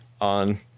on